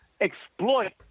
exploit